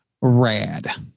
Rad